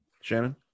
Shannon